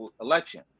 election